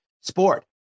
sport